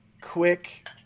quick